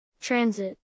Transit